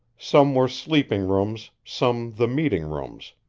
some were sleeping-rooms, some the meeting-rooms,